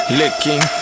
licking